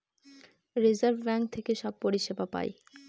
reserve bank থেকে সব পরিষেবা পায়